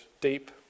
deep